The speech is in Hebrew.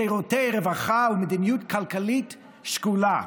שירותי רווחה ומדיניות כלכלית שקולה.